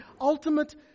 ultimate